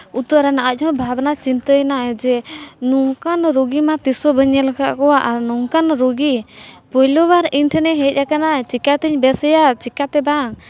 ᱩᱛᱟᱹᱨᱮᱱᱟ ᱟᱡᱦᱚᱸᱭ ᱵᱷᱟᱵᱽᱱᱟ ᱪᱤᱱᱛᱟᱹᱭᱮᱱᱟ ᱡᱮ ᱱᱚᱝᱠᱟᱱ ᱨᱩᱜᱤ ᱢᱟ ᱛᱤᱦᱚᱸ ᱵᱟᱹᱧ ᱧᱮᱞ ᱟᱠᱟᱫ ᱠᱚᱣᱟ ᱟᱨ ᱱᱚᱝᱠᱟᱱ ᱨᱩᱜᱤ ᱯᱳᱭᱞᱳᱵᱟᱨ ᱤᱧ ᱴᱷᱮᱱᱮ ᱦᱮᱡ ᱠᱟᱱᱟᱭ ᱪᱤᱠᱟᱹᱛᱤᱧ ᱵᱮᱥᱮᱭᱟ ᱪᱤᱠᱟᱹᱛᱮ ᱵᱟᱝ